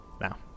now